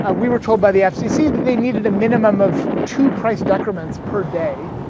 ah we were told by the fcc that they needed a minimum of two price decrements per day,